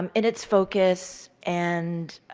um in its focus and